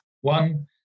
One